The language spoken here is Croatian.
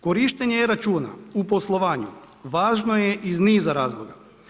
Korištenje e-računa u poslovanju važno je iz niza razloga.